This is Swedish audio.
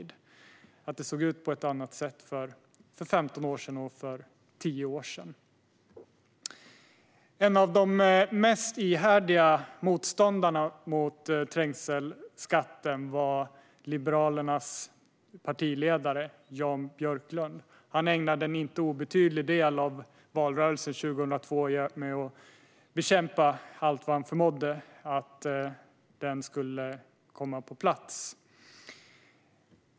Det var annorlunda för 10-15 år sedan. En av de mest ihärdiga motståndarna mot trängselskatten var Liberalernas partiledare Jan Björklund. Han ägnade en inte obetydlig del av valrörelsen 2002 åt att med allt vad han förmådde bekämpa att trängselskatten skulle komma på plats.